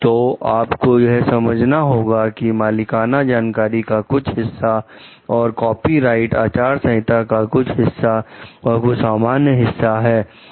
तो आपको यह समझना होगा की मालिकाना जानकारी का कुछ हिस्सा और कॉपीराइट आचार संहिता का कुछ हिस्सा और कुछ सामान्य हिस्सा है